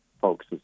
folks